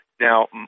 now